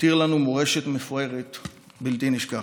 הותיר לנו מורשת מפוארת בלתי נשכחת.